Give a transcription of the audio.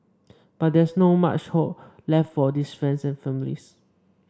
but there's no much hope left for these friends and families